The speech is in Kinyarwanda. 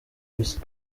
bisa